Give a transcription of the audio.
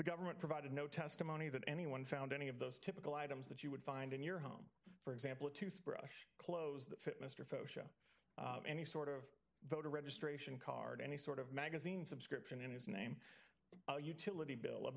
the government provided no testimony that anyone found any of those typical items that you would find in your home for example a toothbrush clothes that fit mr faucheux any sort of voter registration card any sort of magazine subscription in his name a utility bill a